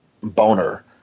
boner